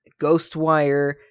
Ghostwire